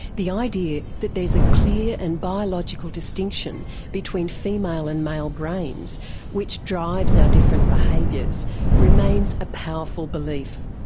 the idea that there is a clear and biological distinction between female and male brains which drives our different behaviours remains a powerful belief.